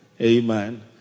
Amen